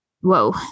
Whoa